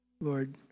Lord